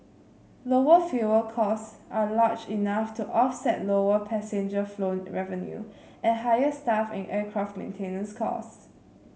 lower fuel costs are large enough to offset lower passenger flown revenue and higher staff and aircraft maintenance costs